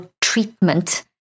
treatment